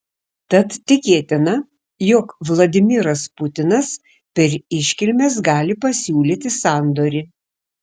tad tikėtina jog vladimiras putinas per iškilmes gali pasiūlyti sandorį